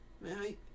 Man